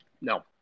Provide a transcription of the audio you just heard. No